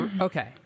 Okay